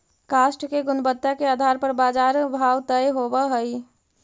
काष्ठ के गुणवत्ता के आधार पर बाजार भाव तय होवऽ हई